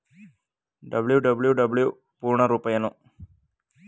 WWW ಪೂರ್ಣ ರೂಪ ಏನು?